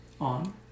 On